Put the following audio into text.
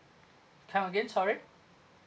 come again sorry